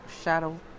shadow